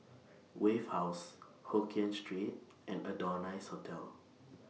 Wave House Hokien Street and Adonis Hotel